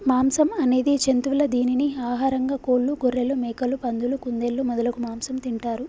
మాంసం అనేది జంతువుల దీనిని ఆహారంగా కోళ్లు, గొఱ్ఱెలు, మేకలు, పందులు, కుందేళ్లు మొదలగు మాంసం తింటారు